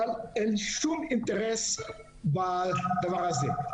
אבל אין שום אינטרס בדבר הזה,